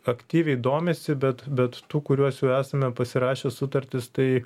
aktyviai domisi bet bet tų kuriuos jau esame pasirašę sutartis tai